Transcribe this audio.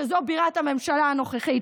שזו בירת הממשלה הנוכחית.